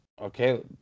okay